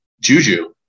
Juju